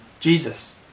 Jesus